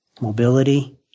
Mobility